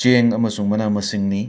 ꯆꯦꯡ ꯑꯃꯁꯨꯡ ꯃꯅꯥ ꯃꯁꯤꯡꯅꯤ